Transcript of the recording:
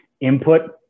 input